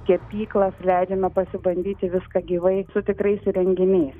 kepyklas leidžiame pasibandyti viską gyvai su tikrais įrenginiais